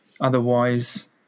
otherwise